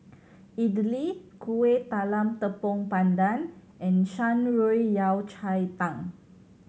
idly Kueh Talam Tepong Pandan and Shan Rui Yao Cai Tang